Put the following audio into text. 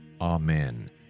Amen